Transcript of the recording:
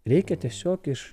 reikia tiesiog iš